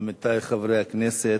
עמיתי חברי הכנסת,